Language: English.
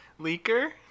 leaker